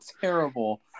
terrible